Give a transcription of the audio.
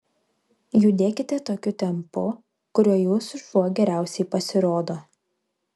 judėkite tokiu tempu kuriuo jūsų šuo geriausiai pasirodo